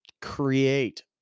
create